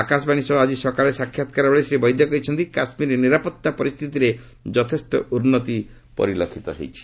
ଆକାଶବାଣୀ ସହ ଆଜି ସକାଳେ ସାକ୍ଷାତକାରବେଳେ ଶ୍ରୀ ବୈଦ୍ୟ କହିଛନ୍ତି କାଶ୍ମୀର ନିରାପତ୍ତା ପରିସ୍ଥିତିରେ ଯଥେଷ୍ଟ ଉନ୍ନତି ପରିଲକ୍ଷିତ ହୋଇଛି